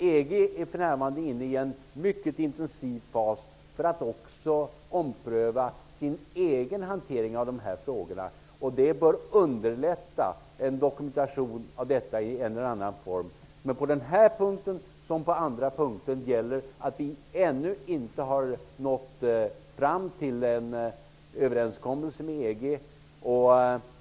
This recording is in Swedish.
EG är för närvarande inne i en mycket intensiv fas för att också ompröva sin egen hantering av dessa frågor. Det bör underlätta en dokumentation av detta i en eller annan form. Men på den här punkten, som på andra punkter, gäller att vi ännu inte nått fram till en överenskommelse med EG.